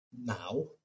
now